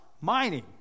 mining